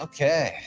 Okay